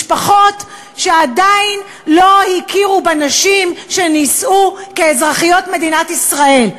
משפחות שעדיין לא הכירו בנשים שנישאו כאזרחיות מדינת ישראל.